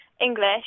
English